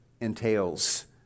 entails